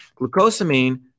Glucosamine